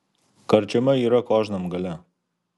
karčiama yra kožnam gale